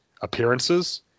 appearances